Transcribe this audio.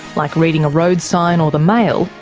like reading a road sign or the mail,